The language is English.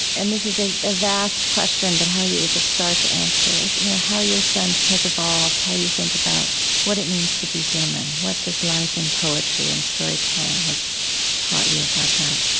and this is a ah vast question, but how you would just start to answer, like you know how your sense has evolved, how you think about what it means to be human, what this life in poetry and storytelling has taught you about that